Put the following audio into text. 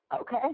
okay